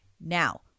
Now